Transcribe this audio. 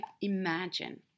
imagine